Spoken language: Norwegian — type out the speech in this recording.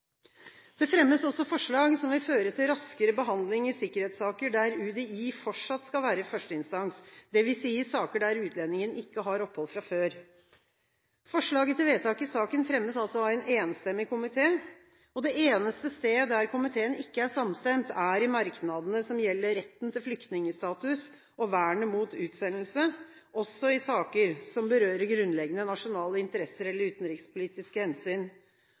Det fremmes også forslag som vil føre til raskere behandling i sikkerhetssaker der UDI fortsatt skal være førsteinstans, dvs. i saker der utlendingen ikke har opphold fra før. Forslaget til vedtak i saken fremmes altså av en enstemmig komité. Det eneste stedet der komiteen ikke er samstemt, er i merknadene som gjelder retten til flyktningstatus og vernet mot utsendelse, også i saker som berører grunnleggende nasjonale interesser eller utenrikspolitiske hensyn.